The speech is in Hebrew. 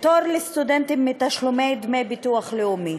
פטור לסטודנטים מתשלומי דמי ביטוח לאומי).